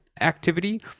activity